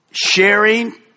Sharing